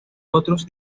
otros